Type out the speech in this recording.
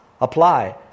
apply